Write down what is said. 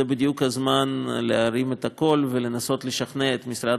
זה בדיוק הזמן להרים את הקול ולנסות לשכנע את משרד